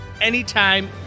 anytime